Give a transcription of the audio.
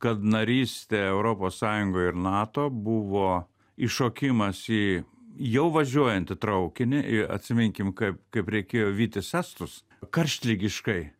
kad narystė europos sąjungoje ir nato buvo įšokimas į jau važiuojantį traukinį į atsiminkim kaip kaip reikėjo vytis estus karštligiškai